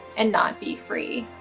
and not be free.